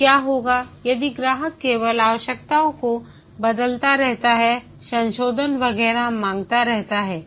अब क्या होगा यदि ग्राहक केवल आवश्यकताओं को बदलता रहता है संशोधन वगैरह मांगता रहता है